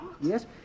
Yes